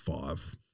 five